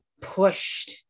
pushed